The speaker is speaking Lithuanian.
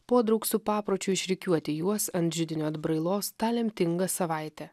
podraug su papročiu išrikiuoti juos ant židinio atbrailos tą lemtingą savaitę